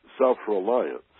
self-reliance